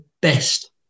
best